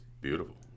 beautiful